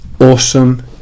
Awesome